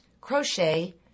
crochet